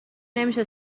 نمیشه